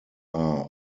are